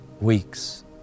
weeks